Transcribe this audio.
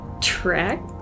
track